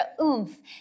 oomph